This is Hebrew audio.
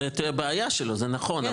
זאת תהיה הבעיה שלו, זה נכון.